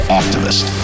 activist